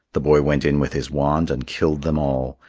the boy went in with his wand and killed them all.